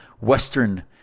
Western